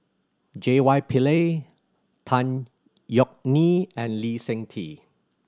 J Y Pillay Tan Yeok Nee and Lee Seng Tee